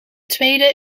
tweede